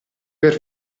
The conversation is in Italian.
per